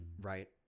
right